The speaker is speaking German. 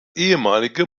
ehemalige